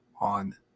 on